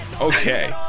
Okay